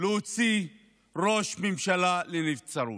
להוציא ראש ממשלה לנבצרות.